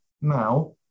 now